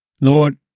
Lord